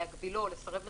להגבילו או לסרב לחדשו,